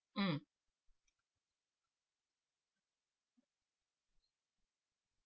mm